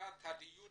לקראת הדיון